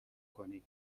کنی